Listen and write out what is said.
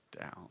down